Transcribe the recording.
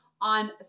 on